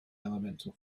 elemental